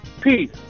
Peace